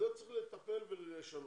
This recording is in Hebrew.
בזה צריך לטפל ולשנות.